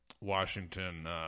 Washington